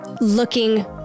looking